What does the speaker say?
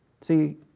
See